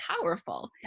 powerful